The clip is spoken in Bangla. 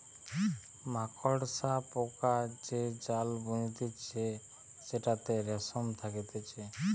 মাকড়সা পোকা যে জাল বুনতিছে সেটাতে রেশম থাকতিছে